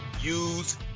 use